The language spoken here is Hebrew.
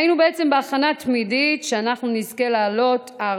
היינו בעצם בהכנה תמידית שאנחנו נזכה לעלות ארצה,